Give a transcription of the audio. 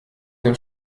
dem